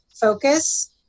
focus